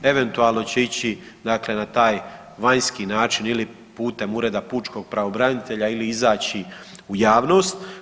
Eventualno će ići dakle na taj vanjski način ili putem Ureda pučkog pravobranitelja ili izaći u javnost.